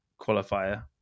qualifier